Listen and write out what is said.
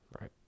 Right